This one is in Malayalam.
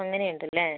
അങ്ങനെയുണ്ടല്ലേ